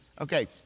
Okay